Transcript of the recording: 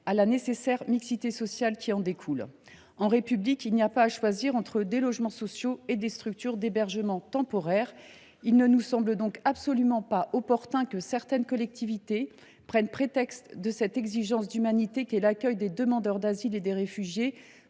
à la nécessaire mixité sociale qui en découle. En République, il n’y a pas à choisir entre des logements sociaux et des structures d’hébergement temporaire. Il ne nous semble donc absolument pas opportun que certaines collectivités prennent prétexte de cette exigence d’humanité qu’est l’accueil des demandeurs d’asile et des réfugiés